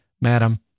Madam